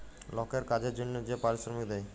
লকের কাজের জনহে যে পারিশ্রমিক দেয়